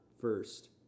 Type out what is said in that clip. first